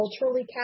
culturally